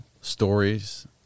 stories